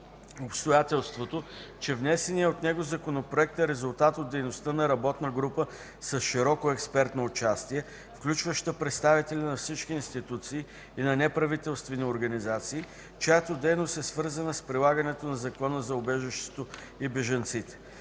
обстоятелството, че внесеният от него законопроект е резултат от дейността на работна група с широко експертно участие, включваща представители на всички институции и на неправителствени организации, чиято дейност е свързана с прилагането на Закона за убежището и бежанците.